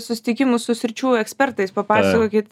susitikimus su sričių ekspertais papasakokit